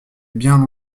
bien